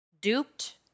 duped